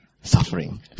suffering